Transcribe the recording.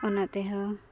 ᱚᱱᱟᱛᱮᱦᱚᱸ